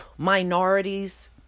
Minorities